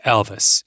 Elvis